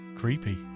Creepy